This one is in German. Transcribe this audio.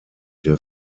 der